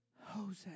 Jose